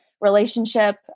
relationship